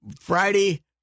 Friday